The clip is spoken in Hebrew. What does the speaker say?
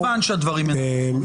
כמובן שהדברים נכונים.